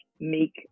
make